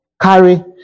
carry